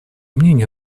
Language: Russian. мнению